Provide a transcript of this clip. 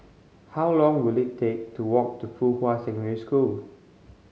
how long will it take to walk to Fuhua Secondary School